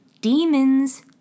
Demons